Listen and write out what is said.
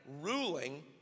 ruling